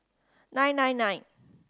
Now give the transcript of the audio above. nine nine nine